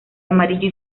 amarillo